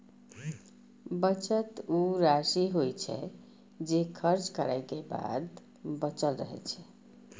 बचत ऊ राशि होइ छै, जे खर्च करै के बाद बचल रहै छै